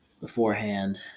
beforehand